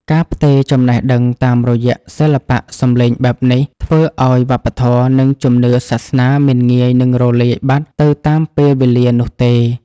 ការផ្ទេរចំណេះដឹងតាមរយៈសិល្បៈសម្លេងបែបនេះ ធ្វើឱ្យវប្បធម៌ និងជំនឿសាសនាមិនងាយនឹងរលាយបាត់ទៅតាមពេលវេលានោះទេ